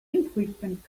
infrequent